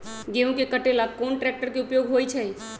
गेंहू के कटे ला कोंन ट्रेक्टर के उपयोग होइ छई?